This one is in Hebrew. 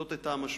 זאת היתה המשמעות,